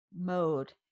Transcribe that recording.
mode